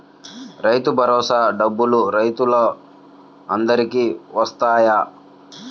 రైతు భరోసా డబ్బులు రైతులు అందరికి వస్తాయా?